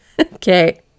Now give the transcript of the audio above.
okay